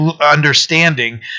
understanding